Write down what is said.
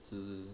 只